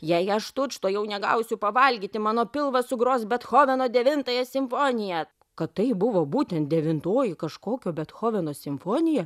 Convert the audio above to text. jei aš tučtuojau negausiu pavalgyti mano pilvas sugros bethoveno devintąją simfoniją kad tai buvo būtent devintoji kažkokio bethoveno simfonija